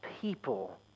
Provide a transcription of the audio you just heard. people